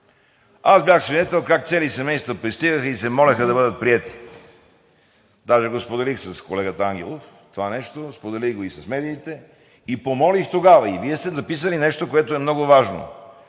Аз бях свидетел как цели семейства пристигаха и се молеха да бъдат приети – даже го споделих с колегата Ангелов тава нещо, споделих го и с медиите. Помолих тогава – и Вие сте записали нещо, което е много важно: